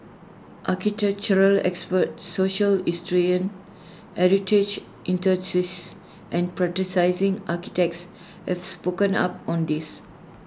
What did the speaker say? architectural experts social historians heritage enthusiasts and practising architects have spoken up on this